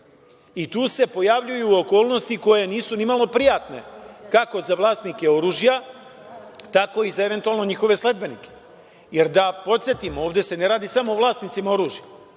Tu se pojavljuju okolnosti koje nisu ni malo prijatne kako za vlasnike oružja, tako i za eventualno njihove sledbenike. Jer, da podsetim, ovde se ne radi samo o vlasnicima oružja,